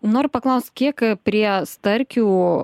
noriu paklaust kiek prie starkių